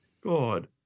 God